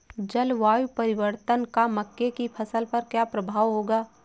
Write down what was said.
जलवायु परिवर्तन का मक्के की फसल पर क्या प्रभाव होगा?